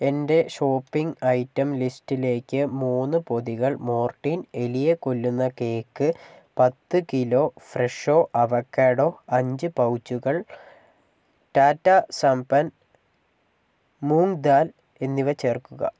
എന്റെ shopping item ലിസ്റ്റിലേക്ക് മൂന്ന് പൊതികൾ മോർട്ടീൻ എലിയെ കൊല്ലുന്ന കേക്ക് പത്ത് കിലോ ഫ്രെഷോ അവോക്കാഡോ അഞ്ച് പൗച്ചുകൾ ടാറ്റാ സംപൻ മൂംഗ് ദാൽ എന്നിവ ചേർക്കുക